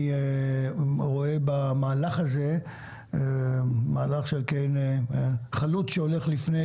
אני רואה במהלך הזה מהלך של כעין חלוץ שהולך לפני